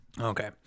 okay